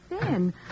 thin